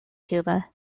cuba